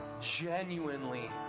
genuinely